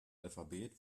alphabet